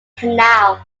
canal